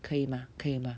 可以吗可以吗